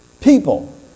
People